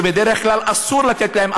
שבדרך כלל אסור לתת להם,